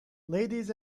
ladies